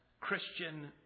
Christian